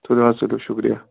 تُلِو حظ تُلِو شُکرِیہ